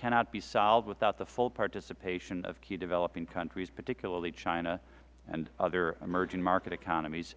cannot be solved without the full participation of key developing countries particularly china and other emerging market economies